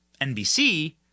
nbc